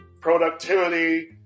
Productivity